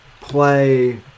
Play